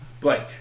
Blake